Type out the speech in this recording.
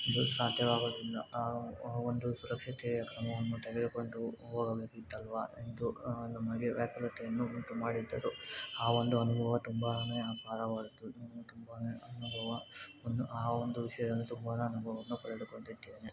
ಇದು ಸಾಧ್ಯವಾಗುದಿಲ್ಲ ಆ ಒಂದು ಸುರಕ್ಷತೆಯ ಕ್ರಮವನ್ನು ತೆಗೆದುಕೊಂಡು ಹೋಗಬೇಕಿತ್ತಲ್ವ ಎಂದು ನಮಗೆ ವ್ಯಾಕುಲತೆಯನ್ನು ಉಂಟುಮಾಡಿದ್ದರು ಆ ಒಂದು ಅನುಭವ ತುಂಬನೇ ಅಪಾರವಾದದ್ದು ನಮಗೆ ತುಂಬನೇ ಅನುಭವ ವನ್ನು ಆ ಒಂದು ವಿಷಯದಲ್ಲಿ ತುಂಬನೇ ಅನುಭವವನ್ನು ಪಡೆದುಕೊಂಡಿದ್ದೇನೆ